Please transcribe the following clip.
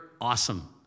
awesome